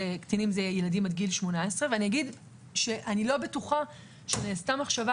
קטינים זה ילדים עד גיל 18. אני אגיד שאני לא בטוחה שנעשתה מחשבה